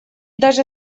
даже